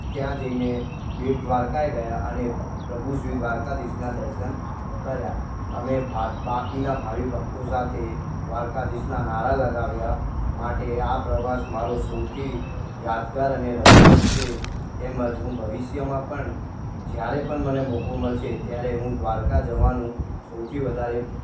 ત્યાં જઈને બેટ દ્વારકાએ ગયા અને પ્રભુ શ્રી દ્વારકાધીશના દર્શન કર્યા અને ભા બાકીના ભાવિ ભક્તો ભક્તો સાથે દ્વારકાધીશના નારાં લગાવ્યા માટે આ પ્રવાસ મારો સૌથી યાદગાર અને રસપ્રદ છે તેમજ હું ભવિષ્યમાં પણ જયારે પણ મને મોકો મળશે ત્યારે હું દ્વારકા જવાનું સૌથી વધારે